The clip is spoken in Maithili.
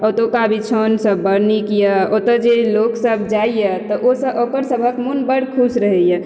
ओतुका बिछौन सब बड नीक यऽ ओतऽ जे लोक सब जाइया तऽ ओ सब ओकर सबहक मोन बड खुश रहैया